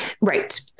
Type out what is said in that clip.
right